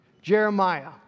Jeremiah